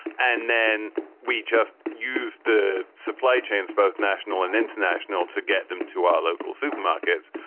and then we just use the supply chains, both national and international, to get them to our local supermarkets?